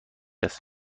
است